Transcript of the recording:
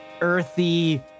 earthy